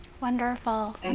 Wonderful